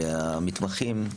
המתמחים,